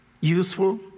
useful